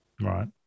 Right